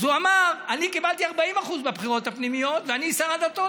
אז הוא אמר: אני קיבלתי 40% בבחירות הפנימיות ואני שר הדתות,